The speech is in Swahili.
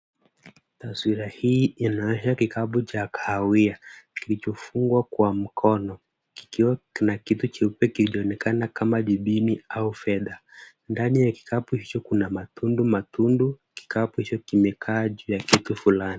Taswira hii inaonyesha kikapu cha kahawia kilichofungwa kwa mkono kikiwa kina kitu cheupe kinaonekana kama jibini au fedha. Ndani ya kikapu hicho kuna matundu matundu. Kikapu hicho kimekaa juu ya kitu fulani.